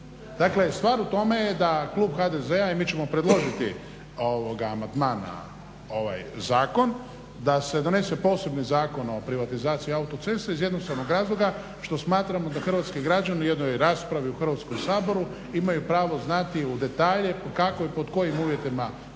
Dakle, stvar u tome je da klub HDZ-a, i mi ćemo predložiti amandman na ovaj zakon, da se donese posebni Zakon o privatizaciji autoceste iz jednostavnog razloga što smatramo da hrvatski građani u jednoj raspravi u Hrvatskom saboru imaju pravo znati u detalje kako i pod kojim uvjetima